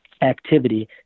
activity